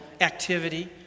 activity